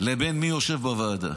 לבין מי שיושב בוועדה.